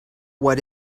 what